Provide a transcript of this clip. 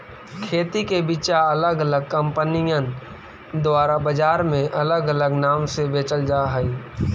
खेती के बिचा अलग अलग कंपनिअन द्वारा बजार में अलग अलग नाम से बेचल जा हई